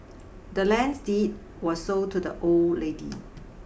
the land's deed was sold to the old lady